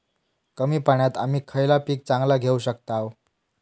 कमी पाण्यात आम्ही खयला पीक चांगला घेव शकताव?